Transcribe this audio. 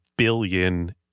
billion